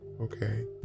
Okay